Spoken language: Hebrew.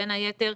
בין היתר,